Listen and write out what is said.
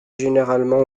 généralement